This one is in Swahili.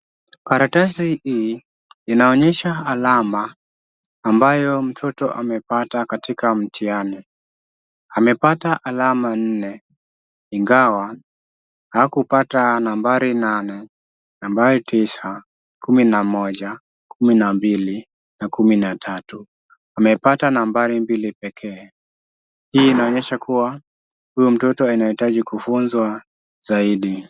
Karatasi hii inaonyesha alama ambayo mtoto amepata katika mtihani. Amepata alama nne ingawa hakupata nambari nane, nambari tisa, kumi na moja, kumi na mbili na kumi na tatu. Amepata nambari mbili pekee. Hii inaonyesha kuwa huyu mtoto anahitaji kufunzwa saidi.